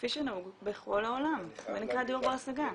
כפי שנהוג בכל העולם, זה נקרא דיור בר השגה.